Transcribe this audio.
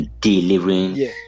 delivering